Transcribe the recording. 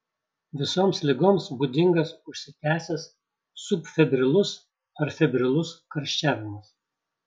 visoms ligoms būdingas užsitęsęs subfebrilus ar febrilus karščiavimas